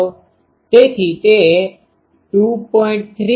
9૦ તેથી તે 2